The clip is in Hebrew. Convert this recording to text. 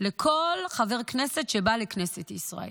לכל חבר כנסת שבא לכנסת ישראל,